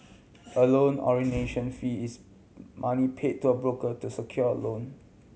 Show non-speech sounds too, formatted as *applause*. a loan *unintelligible* fee is money paid to a broker to secure a loan